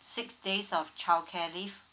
six days of childcare leave